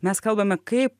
mes kalbame kaip